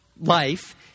life